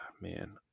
Man